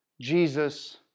Jesus